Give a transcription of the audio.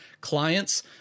clients